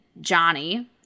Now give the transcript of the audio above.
Johnny